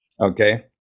okay